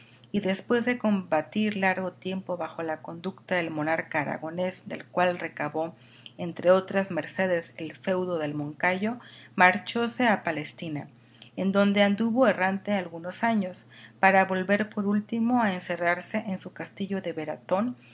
y después de combatir largo tiempo bajo la conducta del monarca aragonés del cual recabó entre otras mercedes el feudo del moncayo marchóse a palestina en donde anduvo errante algunos años para volver por último a encerrarse en su castillo de